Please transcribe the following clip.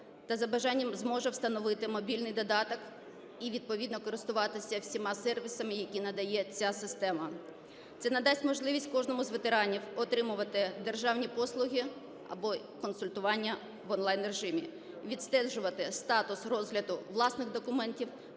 та за бажанням зможе встановити мобільний додаток і відповідно користуватися всіма сервісами, які надає ця система. Це надасть можливість кожному з ветеранів отримувати державні послуги або консультування в онлайн-режимі, відстежувати статус розгляду власних документів,